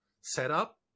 setup